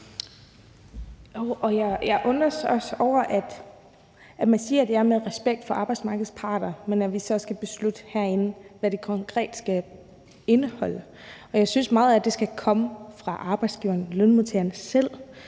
Jeg undres over, at man siger det her med respekt for arbejdsmarkedets parter, men at vi så skal beslutte herinde, hvad det konkret skal indeholde. Jeg synes, at meget af det skal komme fra arbejdsgiverne og lønmodtagerne selv;